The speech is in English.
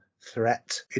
threat